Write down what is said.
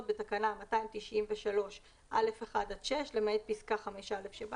בתקנה 293(א)(1) עד (6) למעט פסקה (5א) שבה,